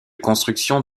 construction